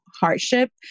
hardship